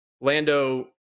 Lando